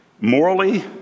Morally